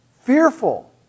Fearful